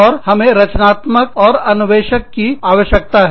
और हमें की आवश्यकता है रचनात्मक और अन्वेषक है